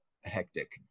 hectic